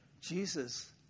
Jesus